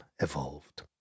evolved